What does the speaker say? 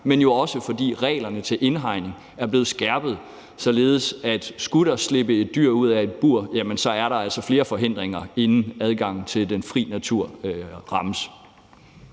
men jo også fordi reglerne til indhegning er blevet skærpet, således at skulle der slippe et dyr ud af et bur, jamen så er der altså flere forhindringer, inden adgangen til den fri natur rammes.